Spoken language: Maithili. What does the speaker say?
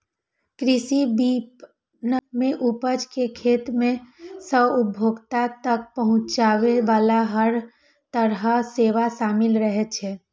कृषि विपणन मे उपज कें खेत सं उपभोक्ता तक पहुंचाबे बला हर तरहक सेवा शामिल रहै छै